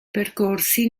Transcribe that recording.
percorsi